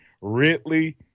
Ridley